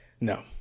No